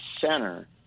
center